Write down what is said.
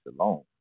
alone